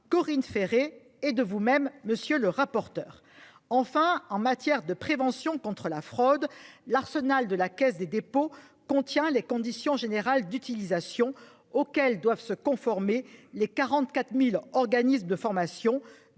Corinne Ferré et de vous-. Même monsieur le rapporteur. Enfin en matière de prévention contre la fraude. L'arsenal de la Caisse des dépôts contient les conditions générales d'utilisation auquel doivent se conformer les 44.000 organismes de formation